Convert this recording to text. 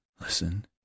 Listen